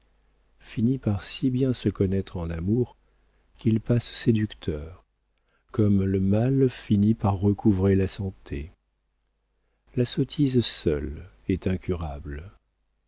finit par si bien se connaître en amour qu'il passe séducteur comme le malade finit par recouvrer la santé la sottise seule est incurable